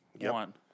One